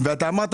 ואמרת,